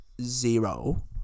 zero